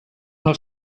have